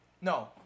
No